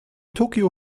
tokio